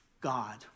God